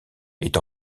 est